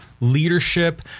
leadership